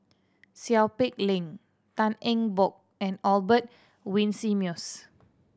Seow Peck Leng Tan Eng Bock and Albert Winsemius